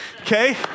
Okay